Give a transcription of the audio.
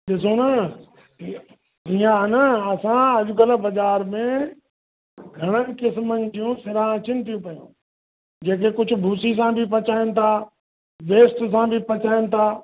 ॾिसो न हीअ हीअं आहे न असां अॼकल्ह बाज़ारि में घणण किसमनि जूं सिरां अचनि थियूं पियूं जेके कुझु बीसी सां बि पचाइन थी वेस्ट सां बि पचाइन था